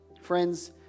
Friends